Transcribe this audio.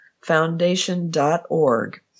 foundation.org